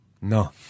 No